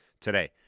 today